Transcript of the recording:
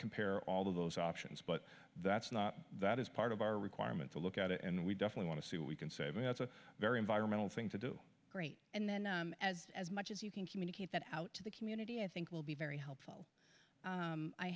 compare all of those options but that's not that is part of our requirement to look at it and we definitely want to see what we can save that's a very environmental thing to do great and then as as much as you can communicate that out to the community i think will be very helpful